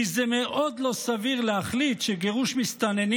כי זה מאוד לא סביר להחליט שגירוש מסתננים